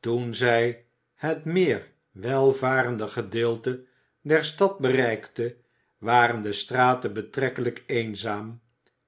toen zij het meer welvarende gedeelte der stad bereikte waren de straten betrekkelijk eenzaam